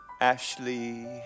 Ashley